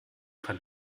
van